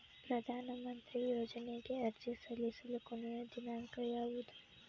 ಪ್ರಧಾನ ಮಂತ್ರಿ ಯೋಜನೆಗೆ ಅರ್ಜಿ ಸಲ್ಲಿಸಲು ಕೊನೆಯ ದಿನಾಂಕ ಯಾವದು?